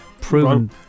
proven